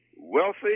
wealthy